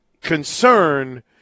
concern